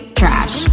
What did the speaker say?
trash